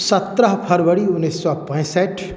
सत्रह फरबरी उन्नीस सए पैंसठ